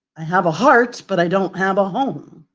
i have a heart but i don't have a home.